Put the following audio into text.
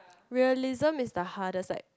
realism is the hardest like